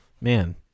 Man